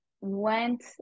Went